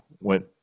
went